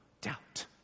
doubt